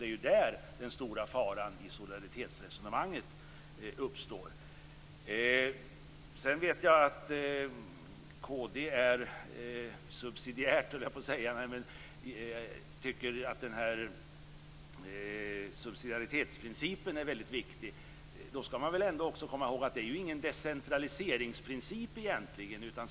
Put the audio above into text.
Det är ju där som den stora faran i solidaritetsresonemanget uppstår. Jag vet vidare att kd tycker att subsidiaritetsprincipen är väldigt viktig. Man skall dock komma ihåg att denna egentligen inte är en decentraliseringsprincip.